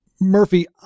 Murphy